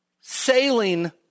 sailing